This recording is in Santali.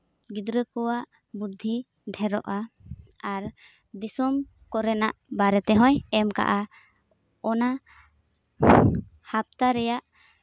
ᱜᱤᱫᱽᱨᱟᱹ ᱠᱚᱣᱟᱜ ᱵᱩᱫᱽᱫᱷᱤ ᱰᱷᱮᱨᱚᱜᱼᱟ ᱟᱨ ᱫᱤᱥᱚᱢ ᱠᱚᱨᱮᱱᱟᱜ ᱵᱟᱨᱮ ᱛᱮᱦᱚᱸᱭ ᱮᱢ ᱠᱟᱜᱼᱟ ᱚᱱᱟ ᱦᱟᱯᱛᱟ ᱨᱮᱭᱟᱜ